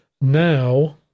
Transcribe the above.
Now